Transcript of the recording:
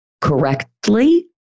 correctly